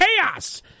chaos